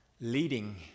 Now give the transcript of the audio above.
leading